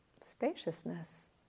Spaciousness